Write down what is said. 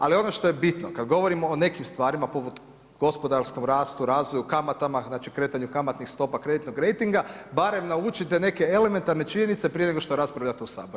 Ali ono što je bitno kad govorimo o nekim stvarima poput gospodarskom rastu, razvoju, kamatama, znači kretanju kamatnih stopa, kreditnog rejtinga barem naučite neke elementarne činjenice prije nego što raspravljate u Saboru.